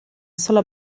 sola